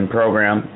program